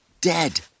Dead